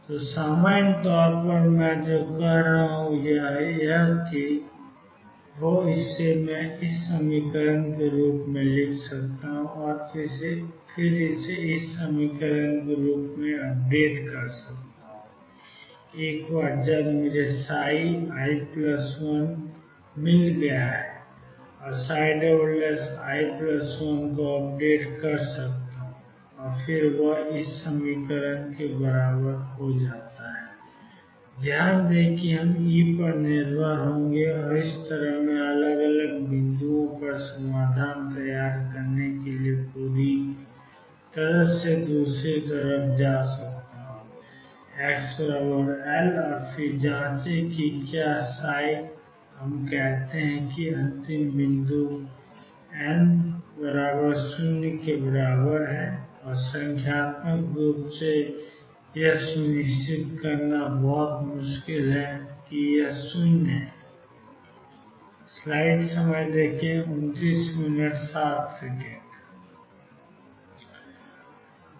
तो सामान्य तौर पर मैं जो कर रहा हूं वह यह है कि मैं i1ii x लिख रहा हूं मैं i1 को ii Δx के रूप में अपडेट कर रहा हूं और एक बार जब मुझे i1 प्लस मिल गया तो मैंi1को अपडेट कर सकता हूं i1 2Vxi1 E के बराबर है ध्यान दें कि हम E पर निर्भर होंगे और इस तरह मैं अलग अलग बिंदुओं पर समाधान तैयार करने के लिए पूरी तरह से दूसरी तरफ जा सकता हूं x एल और फिर जांचें कि क्या हम कहते हैं कि अंतिम बिंदु एन 0 के बराबर है और संख्यात्मक रूप से यह सुनिश्चित करना बहुत मुश्किल है कि 0 है